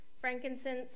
frankincense